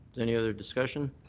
any other discussion?